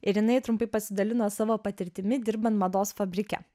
ir jinai trumpai pasidalino savo patirtimi dirbant mados fabrike